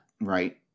Right